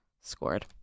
scored